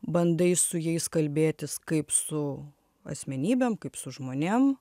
bandai su jais kalbėtis kaip su asmenybėm kaip su žmonėm